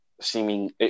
seeming